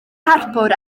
harbwr